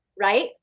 right